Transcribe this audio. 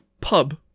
pub